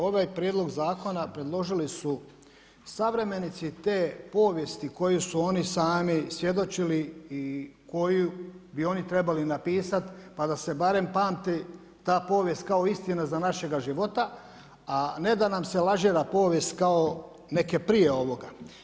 Ovaj prijedlog zakona, preložili su suvremenici te povijesti kojoj su oni sami svjedočili i koji bi oni trebali napisati, pa da se barem pamti ta povijest istina za našega života, a ne da nam se lažira povijest, kao neke prije ovoga.